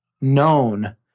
known